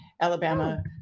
Alabama